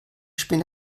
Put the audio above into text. spinne